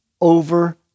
over